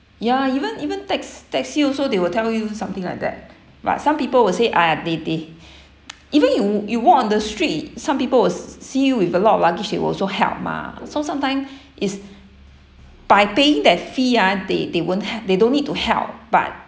ya even even tax~ taxi also they will tell you something like that but some people will say !aiya! they they even you you walk on the street some people will s~ see you with a lot of luggage they will also help mah so sometime is by paying that fee ah they they won't h~ they don't need to help but